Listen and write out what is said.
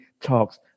talks